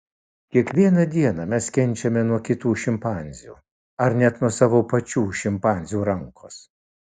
kiekvieną dieną mes kenčiame nuo kitų šimpanzių ar net nuo savo pačių šimpanzių rankos